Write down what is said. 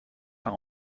par